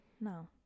No